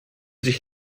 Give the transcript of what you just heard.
sich